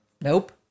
Nope